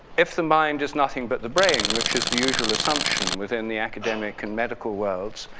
if the mind is nothing but the brain, which is the usual assumption within the academic and medical worlds,